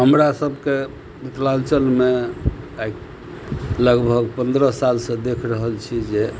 हमरा सबके मिथिलांचल मे आइ लगभग पन्द्रह साल सऽ देख रहल छी जे